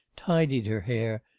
tidied her hair,